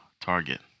Target